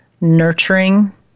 nurturing